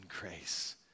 grace